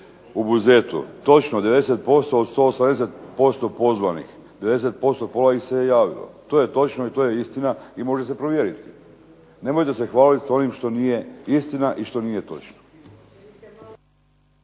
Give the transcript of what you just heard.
se ne razumije./… posto pola ih se je javilo. To je točno i to je istina, i može se provjeriti. Nemojte se hvaliti s onim što nije istina i što nije točno.